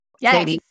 Yes